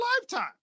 lifetime